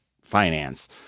finance